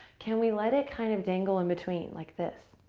can we let it kind of dangle in between like this?